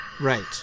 Right